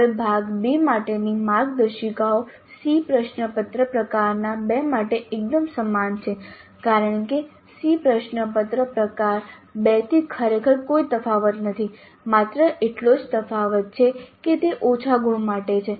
હવે ભાગ B માટેની માર્ગદર્શિકાઓ SEE પ્રશ્નપત્ર પ્રકાર 2 માટે એકદમ સમાન છે કારણ કે SEE પ્રશ્નપત્ર પ્રકાર 2 થી ખરેખર કોઈ તફાવત નથી માત્ર એટલો જ તફાવત છે કે તે ઓછા ગુણ માટે છે